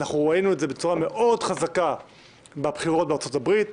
ראינו את זה בצורה מאוד חזקה בבחירות בארצות הברית.